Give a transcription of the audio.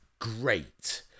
great